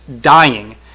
dying